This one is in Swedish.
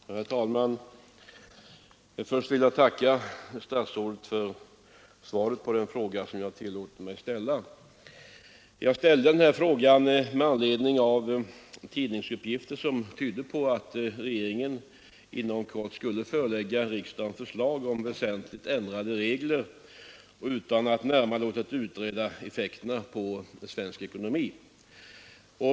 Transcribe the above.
Herr talman! Först vill jag tacka statsrådet Lidbom för svaret på den fråga som jag tillåtit mig ställa. Jag ställde frågan med anledning av tidningsuppgifter som tydde på att regeringen inom kort skulle förelägga riksdagen förslag om väsentligt ändrade regler utan att närmare ha låtit utreda effekterna på svensk ekonomi.